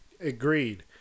Agreed